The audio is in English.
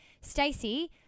Stacey –